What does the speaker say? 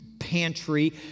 Pantry